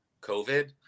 COVID